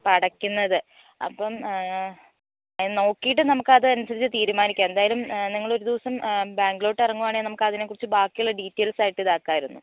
അപ്പം അടയ്ക്കുന്നത് അപ്പം നോക്കിയിട്ട് നമുക്ക് അതനുസരിച്ച് തീരുമാനിക്കാം എന്തായാലും നിങ്ങൾ ഒരു ദിവസം ബാങ്കിലോട്ട് ഇറങ്ങുവാണെങ്കിൽ നമുക്ക് അതിനേക്കുറിച്ച് ബാക്കിയുള്ള ഡീറ്റെയിൽസ് ആയിട്ട് ഇതാക്കാമായിരുന്നു